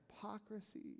hypocrisy